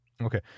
okay